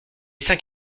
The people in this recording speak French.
cinq